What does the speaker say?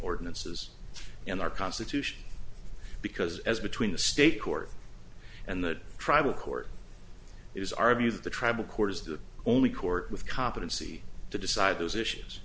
ordinances in our constitution because as between the state court and the tribal court it is our view that the tribal court is the only court with competency to decide those issues